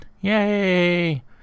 Yay